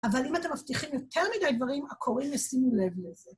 אבל אם אתם מבטיחים יותר מדי דברים, הקוראים ישימו לב לזה.